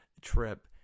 trip